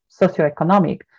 socioeconomic